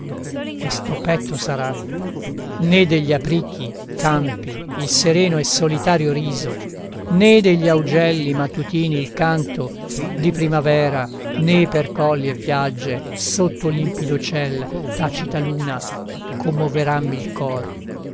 questo petto sarà né degli aprichi campi il sereno e solitario riso né degli augelli mattutini il canto di primavera né per colli e piagge sotto limpido ciel tacita luna commoverammi il cor